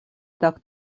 так